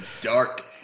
dark